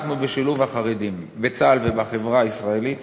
אנחנו בשילוב החרדים בצה"ל ובחברה הישראלית